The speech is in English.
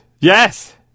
Yes